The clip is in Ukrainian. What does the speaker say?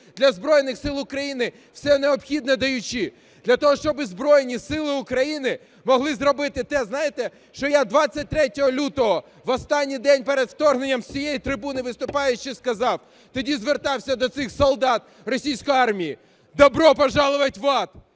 для Збройних Сил України, все необхідне даючи для того, щоб Збройні Сили України могли зробити те. Знаєте, що я 23 лютого, в останній день перед вторгненням, з цієї трибуни виступаючи сказав, тоді звертався до цих солдат російської армії: добро пожаловать в ад.